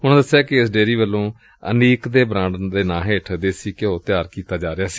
ਉਨੂਾ ਦਸਿਆ ਕਿ ਇਸ ਡੇਅਰੀ ਵੱਲੋ ਪਨੀਰ ਦੇ ਬਰਾਂਡ ਨਾਂ ਹੇਠ ਦੇਸੀ ਘਿਉ ਤਿਆਰ ਕੀਤਾ ਜਾ ਰਿਹਾ ਸੀ